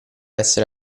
essere